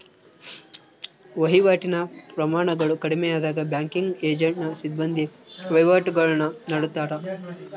ವಹಿವಾಟಿನ ಪ್ರಮಾಣಗಳು ಕಡಿಮೆಯಾದಾಗ ಬ್ಯಾಂಕಿಂಗ್ ಏಜೆಂಟ್ನ ಸಿಬ್ಬಂದಿ ವಹಿವಾಟುಗುಳ್ನ ನಡತ್ತಾರ